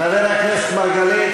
חבר הכנסת מרגלית,